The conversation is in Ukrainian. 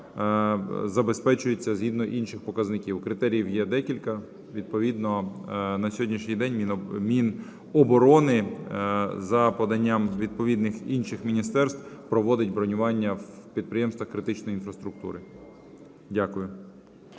забезпечується згідно інших показників, критеріїв є декілька. Відповідно на сьогоднішній день Міноборони за поданням відповідних інших міністерств проводить бронювання в підприємствах критичної інфраструктури. Дякую.